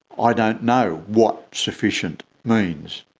i don't know what sufficient means.